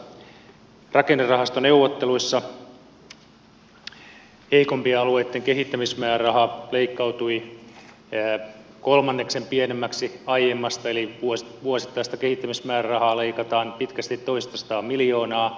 rakennerahastoneuvotteluissa heikompien alueitten kehittämismääräraha leikkautui kolmanneksen pienemmäksi aiemmasta eli vuosittaista kehittämismäärärahaa leikataan pitkästi toistasataa miljoonaa euroa